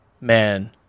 man